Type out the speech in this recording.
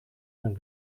zijn